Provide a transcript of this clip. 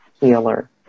healer